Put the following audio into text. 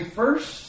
first